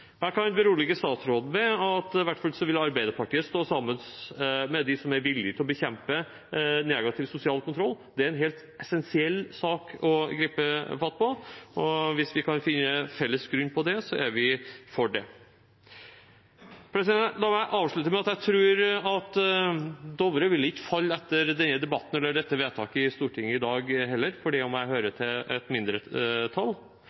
Jeg kan berolige statsråden med at i hvert fall Arbeiderpartiet vil stå sammen med dem som er villig til å bekjempe negativ sosial kontroll. Det er en helt essensiell sak å gripe fatt i. Hvis vi kan finne felles grunn på det området, er vi for det. La meg avslutte med å si at selv om jeg hører til et mindretall, tror jeg ikke Dovre vil falle etter denne debatten eller dette vedtaket i Stortinget i dag, men jeg tror vi alle – og